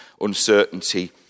uncertainty